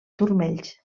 turmells